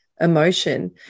emotion